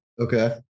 Okay